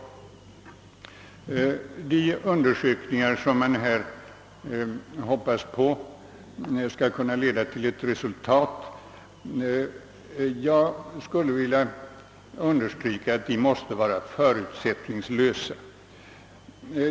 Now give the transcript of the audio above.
Jag vill understryka att de undersökningar som utskottet nu hoppas skall leda till ett resultat måste vara förutsättningslösa.